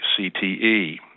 CTE